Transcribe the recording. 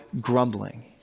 grumbling